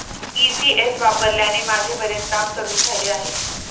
ECS वापरल्याने माझे बरेच काम कमी झाले आहे